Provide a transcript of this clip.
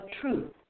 truth